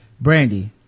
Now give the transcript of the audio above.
brandy